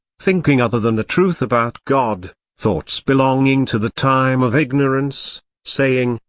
thinking other than the truth about god thoughts belonging to the time of ignorance saying,